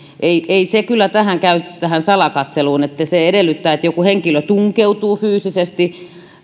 ei ei se kyllä tähän salakatseluun käy se edellyttää että joku henkilö tunkeutuu fyysisesti